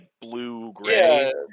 blue-gray